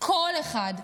כל אחד.